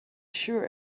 sure